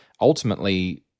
ultimately